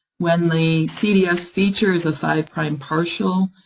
when the cds feature is a five prime partial,